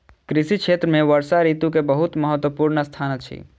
कृषि क्षेत्र में वर्षा ऋतू के बहुत महत्वपूर्ण स्थान अछि